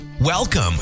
Welcome